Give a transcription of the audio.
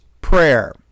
Prayer